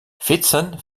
fietsen